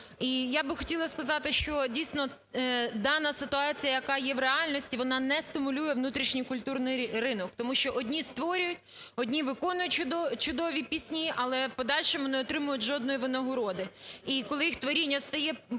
І я би хотіла сказати, що, дійсно, дана ситуація, яка є в реальності, вона не стимулює внутрішній культурний ринок, тому що одні створюють, одні виконують чудові пісні, але в подальшому не отримують жодної винагороди. І коли їх творіння стає